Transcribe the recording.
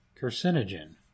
carcinogen